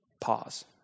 Pause